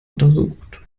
untersucht